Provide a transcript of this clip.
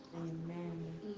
Amen